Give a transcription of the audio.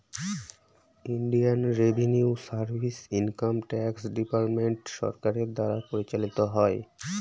Indian revenue service income tax department সরকারের দ্বারা পরিচালিত হয়